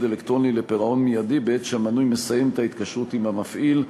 אלקטרוני לפירעון מיידי בעת שהמנוי מסיים את ההתקשרות עם המפעיל.